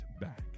back